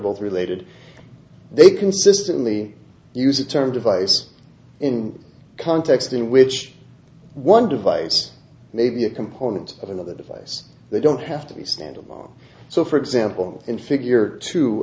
both related they consistently i use a term device in context in which one device may be a component of another device they don't have to be standalone so for example in figure two